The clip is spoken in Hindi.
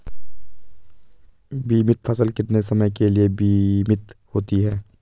बीमित फसल कितने समय के लिए बीमित होती है?